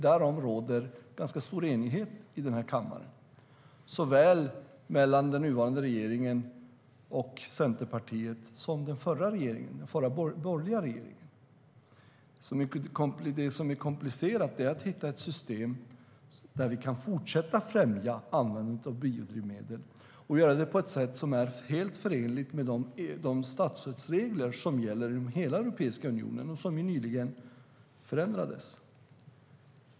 Därom råder ganska stor enighet i kammaren och mellan såväl nuvarande regeringen och Centerpartiet som den förra borgerliga regeringen. Det som är komplicerat är att hitta ett system där vi kan fortsätta främja användningen av biodrivmedel och göra det på ett sätt som är helt förenligt med de statsstödsregler som gäller inom hela Europeiska unionen och som nyligen förändrades.